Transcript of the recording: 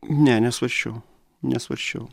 ne nesvarsčiau nesvarsčiau